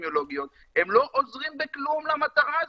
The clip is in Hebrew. האפידמיולוגיות הם לא עוזרים בכלום למטרה הזאת.